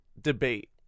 debate